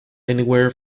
anywhere